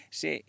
se